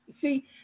See